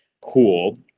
cool